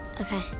Okay